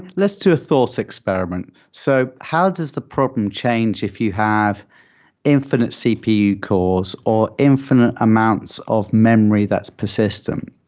let's do a thought experiment. so how does the program change if you have infinite cpu calls or infinite amounts of memory that's persistent?